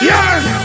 Yes